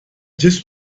just